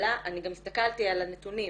אני גם הסתכלתי על הנתונים